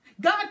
God